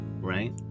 right